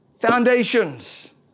foundations